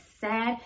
sad